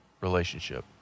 relationship